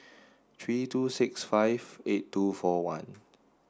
three two six five eight two four one